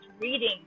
reading